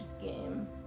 game